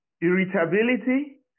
irritability